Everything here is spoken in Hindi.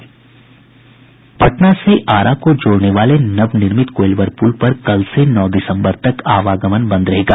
पटना से आरा को जोड़ने वाले नवनिर्मित कोईलवर पुल पर कल से नौ दिसम्बर तक आवागमन बंद रहेगा